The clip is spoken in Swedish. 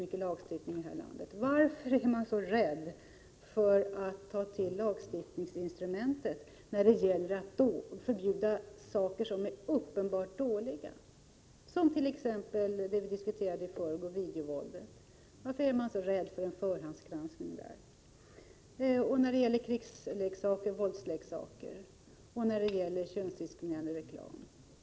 Då undrar jag rent allmänt varför man är så rädd för att ta till lagstiftningsinstrumentet när det gäller att förbjuda saker som är uppenbart dåliga. Som exempel kan nämnas det som vi i förrgår diskuterade, videovåldet. Varför är man så rädd för en förhandsgranskning av videofilmer? Som ytterligare exempel kan nämnas frågan om krigsoch våldsleksaker och könsdiskriminerande reklam.